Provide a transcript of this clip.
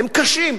היא קשה.